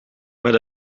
met